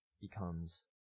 becomes